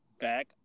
back